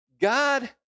God